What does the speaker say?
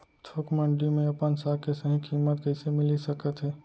थोक मंडी में अपन साग के सही किम्मत कइसे मिलिस सकत हे?